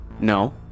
No